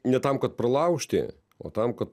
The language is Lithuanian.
ne tam kad pralaužti o tam kad